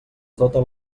tota